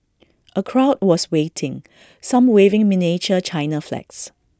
A crowd was waiting some waving miniature China flags